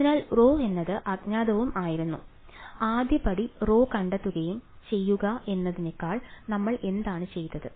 അതിനാൽ ρ എന്നത് അജ്ഞാതവും ആയിരുന്നു അതിനാൽ ആദ്യ പടി rho കണ്ടെത്തുകയും ചെയ്യുക എന്നതായിരുന്നു നമ്മൾ എന്താണ് ചെയ്തത്